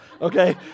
okay